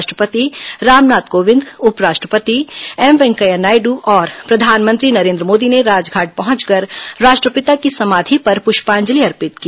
राष्ट्रपति रामनाथ कोविंद उपराष्ट्रपति एम वेंकैया नायड् और प्रधानमंत्री नरेन्द्र मोदी ने राजघाट पहुंचकर राष्ट्रपिता की समाधि पर पुष्पांजलि अर्पित की